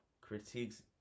Critiques